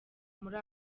muri